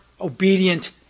obedient